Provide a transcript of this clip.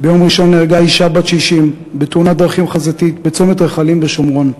ביום ראשון נהרגה אישה בת 60 בתאונת דרכים חזיתית בצומת רחלים בשומרון,